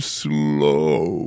slow